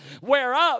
whereof